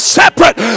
separate